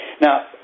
Now